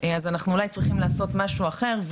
אנחנו אולי צריכים לעשות משהו אחר,